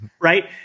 right